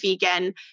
vegan